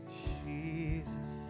jesus